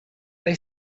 they